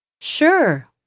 Sure